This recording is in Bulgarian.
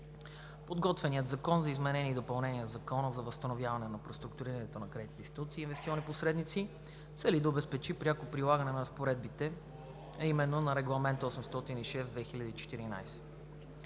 Подготвеният Закон за изменение и допълнение на Закона за възстановяване на преструктурирането на кредитни институции и инвестиционни посредници цели да обезпечи пряко прилагане на разпоредбите, а именно на Регламент № 806/2014.